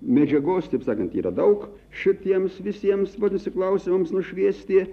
medžiagos taip sakant yra daug šitiems visiems vadinasi klausimams nušviesti